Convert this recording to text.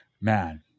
man